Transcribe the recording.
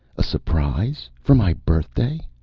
a surprise? for my birthday? ah,